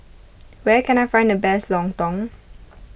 where can I find the best Lontong